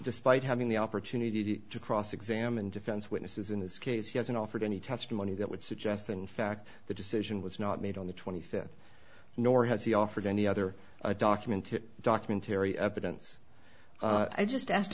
despite having the opportunity to cross examine defense witnesses in this case he hasn't offered any testimony that would suggest that in fact the decision was not made on the twenty fifth nor has he offered any other document to document terry evidence i just asked